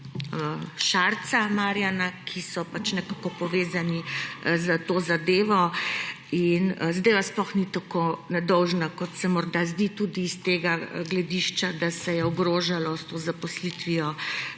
Marjana Šarca, ki so nekako povezani s to zadevo, in zadeva sploh ni tako nedolžna, kot se morda zdi, tudi z gledišča, da se je ogrožalo s to zaposlitvijo